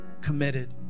committed